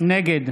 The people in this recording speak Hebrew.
נגד